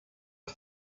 are